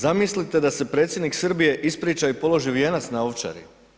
Zamislite da se predsjednik Srbije ispriča i položi vijenac na Ovčari.